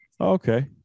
Okay